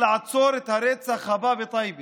ולראות מקרוב איזה שיתוף נפלא של יזמים,